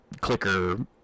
clicker